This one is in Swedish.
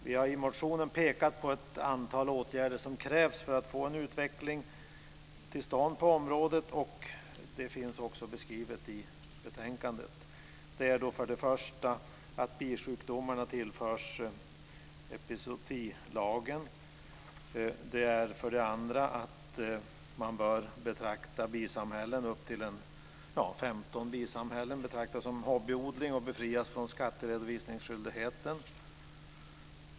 Vi har i motionen pekat på ett antal åtgärder som krävs för att få en utveckling till stånd på området. Det finns också beskrivet i betänkandet. Det är för det första att bisjukdomarna tillförs epizootilagen. Det är för det andra att man bör betrakta upp till 15 bisamhällen som hobbyodling och befria från skatteredovisningsskyldigheten.